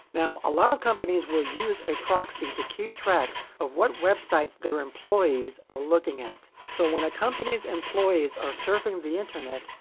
now a lot of companies will use a proxy to keep track of what websites their employees are looking at. so when a company's employees are surfing the internet,